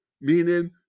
meaning